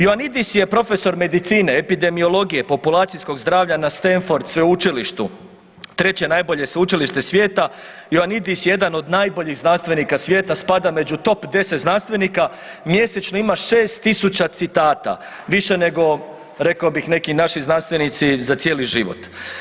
Ioannidis je profesor medicine, epidemiologije, populacijskog zdravlja na Stanford sveučilištu, treće najbolje sveučilište svijeta i Ioannidis je jedan od najboljih znanstvenika svijeta, spada među top 10 znanstvenika, mjesečno ima 6.000 citata, više nego rekao bih neki naši znanstvenici za cijeli život.